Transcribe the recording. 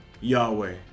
Yahweh